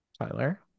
Tyler